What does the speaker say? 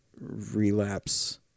relapse